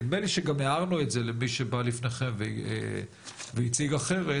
נדמה לי שגם הערנו את זה למי שבא לפניכם והציג אחרת,